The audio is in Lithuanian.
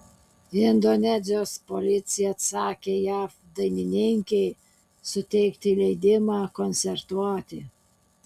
indonezijos policija atsakė jav dainininkei suteikti leidimą koncertuoti